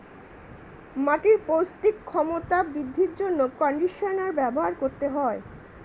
মাটির পৌষ্টিক ক্ষমতা বৃদ্ধির জন্য কন্ডিশনার ব্যবহার করতে হয়